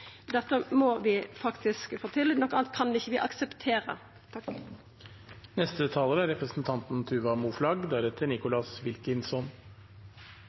Dette må vi faktisk få til. Noko anna kan vi ikkje akseptera. Det vi er